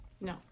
no